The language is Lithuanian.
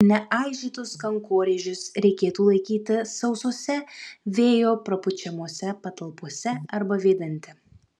neaižytus kankorėžius reikėtų laikyti sausose vėjo prapučiamose patalpose arba vėdinti